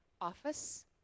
office